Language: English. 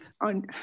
on